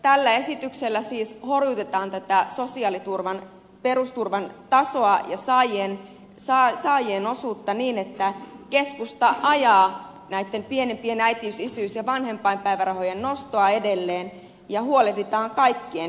tällä esityksellä siis horjutetaan tätä sosiaaliturvan perusturvan tasoa ja saajien osuutta niin että keskusta ajaa näitten pienimpien äitiys isyys ja vanhempainpäivärahojen nostoa edelleen ja huolehditaan kaikkien perusturvasta